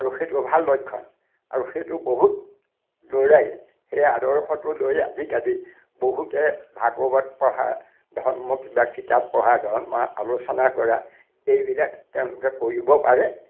আৰু সেইটো ভাল লক্ষণ আৰু সেইটো বহুত ল'ৰাই সেই আদৰ্শটো লৈ আজিকালি বহুতে ভাগৱত পঢ়া ধৰ্ম কিবা কিতাপ পঢ়া ধৰ্মৰ আলোচনা কৰা এইবিলাক তেওঁলোকে কৰিব পাৰে